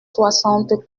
soixante